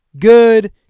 good